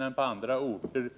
i Linköping än på andra orter.